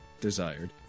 desired